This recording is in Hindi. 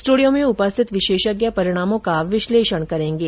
स्ट्रडियो में उपस्थित विशेषज्ञ परिणामों का विश्लेषण करेंगे